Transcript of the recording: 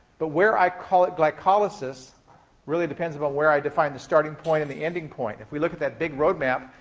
but where i call it glycolysis really depends upon but where i define the starting point and the ending point. if we look at that big road map,